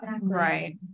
right